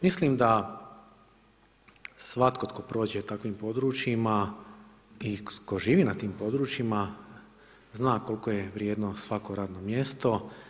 Mislim da svatko tko prođe takvim područjima i tko živi na tim područjima zna koliko je vrijedno svako radno mjesto.